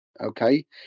Okay